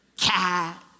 cat